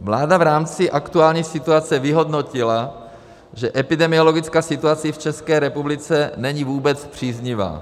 Vláda v rámci aktuální situace vyhodnotila, že epidemiologická situace v České republice není vůbec příznivá.